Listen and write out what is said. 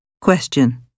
Question